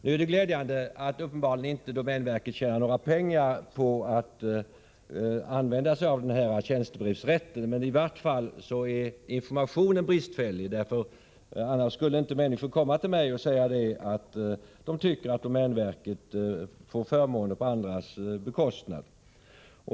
Det är glädjande att domänverket uppenbarligen inte tjänar pengar på att använda sig av tjänstebrevsrätten. I varje fall är informationen bristfällig, annars skulle inte människor ha kommit till mig och sagt att de tycker att domänverket får förmåner på andras bekostnad.